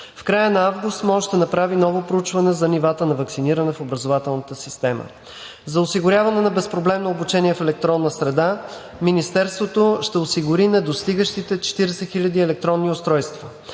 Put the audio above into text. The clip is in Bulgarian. В края на август МОН ще направи ново проучване за нивата на ваксиниране в образователната система. За осигуряване на безпроблемно обучение в електронна среда Министерството ще осигури недостигащите 40 хиляди електронни устройства.